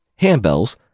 handbells